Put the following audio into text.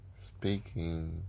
speaking